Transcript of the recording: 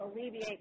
alleviate